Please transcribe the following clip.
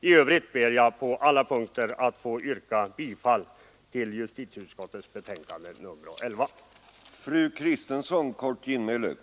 I övrigt ber jag att på alla punkter få yrka bifall till justitieutskottets hemställan i betänkandet nr 11.